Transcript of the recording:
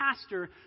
pastor